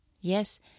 Yes